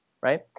right